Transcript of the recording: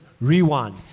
rewind